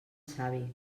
savi